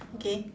okay